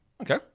Okay